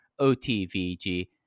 OTVG